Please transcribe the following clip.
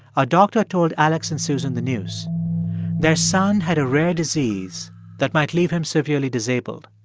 a doctor told alex and susan the news their son had a rare disease that might leave him severely disabled.